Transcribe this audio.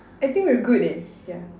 I think we are good leh yeah